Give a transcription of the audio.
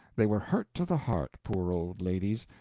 they were hurt to the heart, poor old ladies,